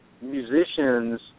musicians